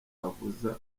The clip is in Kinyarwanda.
avuza